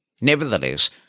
Nevertheless